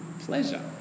pleasure